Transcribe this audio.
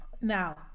now